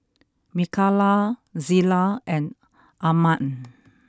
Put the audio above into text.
Mikaila Zela and Armand